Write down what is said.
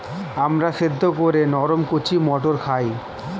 আমরা সেদ্ধ করে নরম কচি মটর খাই